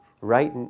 right